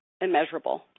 immeasurable